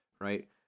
right